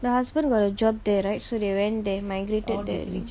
the husband got a job there right so they went they migrated there I think